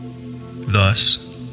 Thus